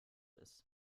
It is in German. ist